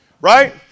right